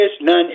none